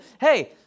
hey